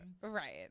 Right